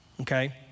Okay